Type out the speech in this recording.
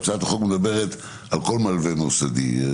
הצעת החוק מדברת על כל מלווה מוסדי.